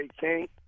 King